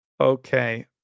okay